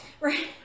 Right